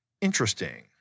interesting